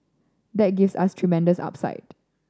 that gives us tremendous upside